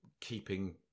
keeping